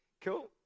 Cool